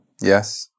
Yes